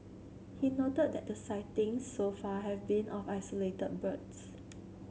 he noted that the sightings so far have been of isolated birds